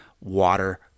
water